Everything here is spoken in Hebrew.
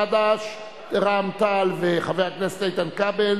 חד"ש וחבר הכנסת איתן כבל.